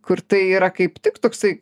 kur tai yra kaip tik toksai